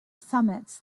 summits